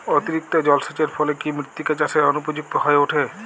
অতিরিক্ত জলসেচের ফলে কি মৃত্তিকা চাষের অনুপযুক্ত হয়ে ওঠে?